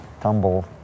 tumble